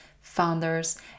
founders